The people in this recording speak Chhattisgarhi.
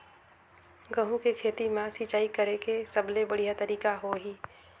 गंहू के खेती मां सिंचाई करेके सबले बढ़िया तरीका होही?